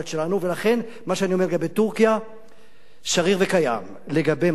לכן מה שאני אומר לגבי טורקיה שריר וקיים לגבי מה שהיה,